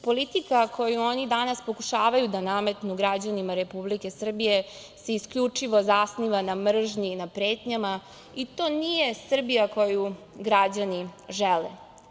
Politika koju oni danas pokušavaju da nametnu građanima Republike Srbije se isključivo zasniva na mržnji i na pretnjama i to nije Srbija koju građani žele.